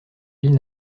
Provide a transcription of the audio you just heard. ville